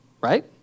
right